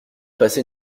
passer